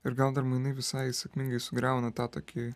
ir gal dar mainai visai sėkmingai sugriauna tą tokį